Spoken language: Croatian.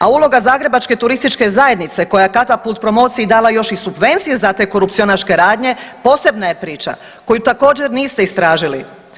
A uloga Zagrebačke turističke zajednice koja je „Katapult promociji“ dala još i subvencije za te korupcionaške radnje posebna je priča koju također niste istražili.